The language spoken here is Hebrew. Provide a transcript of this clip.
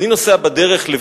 אני נוסע לכנס